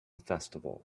festival